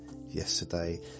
yesterday